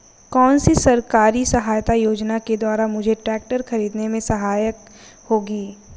कौनसी सरकारी सहायता योजना के द्वारा मुझे ट्रैक्टर खरीदने में सहायक होगी?